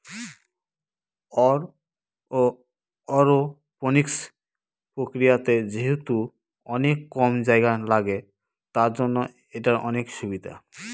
aeroponics প্রক্রিয়াতে যেহেতু অনেক কম জায়গা লাগে, তার জন্য এটার অনেক সুবিধা